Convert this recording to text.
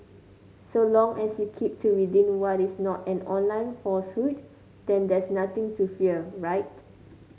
so long as you keep to within what is not an online falsehood then there's nothing to fear right